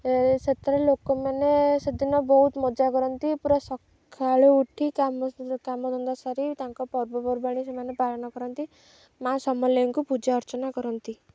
ସେଥିରେ ଲୋକମାନେ ସେଦିନ ବହୁତ ମଜା କରନ୍ତି ପୁରା ସକାଳୁ ଉଠି କାମ କାମଧନ୍ଦା ସାରି ତାଙ୍କ ପର୍ବପର୍ବାଣି ସେମାନେ ପାଳନ କରନ୍ତି ମାଆ ସମଲେଇଙ୍କୁ ପୂଜା ଅର୍ଚ୍ଚନା କରନ୍ତି